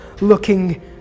looking